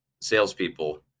salespeople